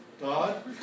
God